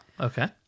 okay